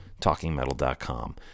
talkingmetal.com